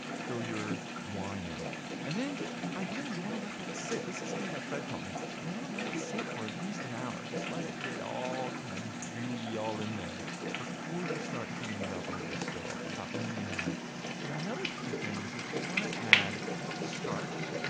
throw your wine in and then ideally you want to let that sit. this is something that fred taught me. you want to let it sit for at least an hour. just let it get all kind of gooey in there before you start heating it up over a stove, about medium heat another key thing is that you want to add starch.